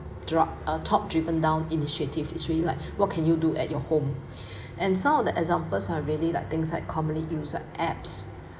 drop uh top driven down initiative is really like what can you do at your home and some of the examples are really like things like commonly use apps